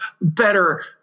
better –